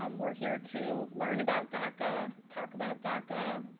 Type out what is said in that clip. um we're here to learn about daca, talk about daca,